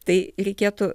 tai reikėtų